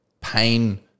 pain